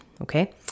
Okay